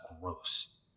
gross